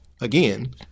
Again